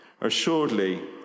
Assuredly